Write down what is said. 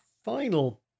final